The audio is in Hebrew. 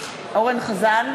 חזן,